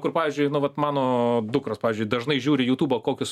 kur pavyzdžiui na vat mano dukros pavyzdžiui dažnai žiūri jutubo kokius